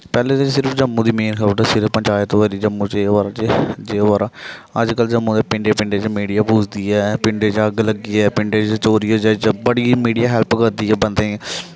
पैह्लें ते सिर्फ जम्मू दी मेन खब़र दस्सी ओड़ेदे पंचयात होआ दी जम्मू च एह् होआ दा जम्मू च एह् जे होआ रदा अज्जकल जम्मू दे पिंडे पिंडे च मिडिया पुजदी ऐ पिंडे च अग्ग लग्गी ऐ पिंडे च चोरी होऐ जां बड़ी मिडिया हेल्प करदी ऐ बंदे गी